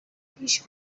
پیش